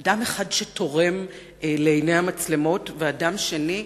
אדם אחד שתורם לעיני המצלמות ואדם שני,